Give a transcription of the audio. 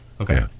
Okay